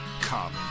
Come